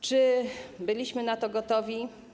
Czy byliśmy na to gotowi?